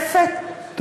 המשותפת, תודה.